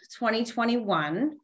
2021